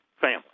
family